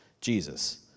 Jesus